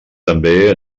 també